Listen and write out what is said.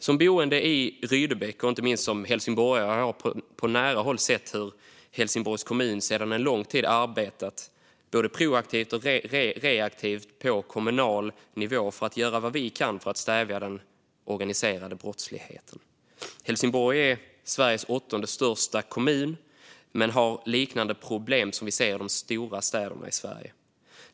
Som boende i Rydebäck, och inte minst som helsingborgare, har jag på nära håll sett hur Helsingborgs kommun sedan lång tid arbetat både proaktivt och reaktivt på kommunal nivå för att göra vad man kan för att stävja den organiserade brottsligheten. Helsingborg är Sveriges åttonde största kommun men har problem som liknar dem vi ser i de stora städerna i Sverige.